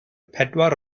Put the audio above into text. pedwar